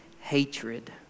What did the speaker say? hatred